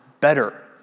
better